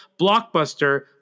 blockbuster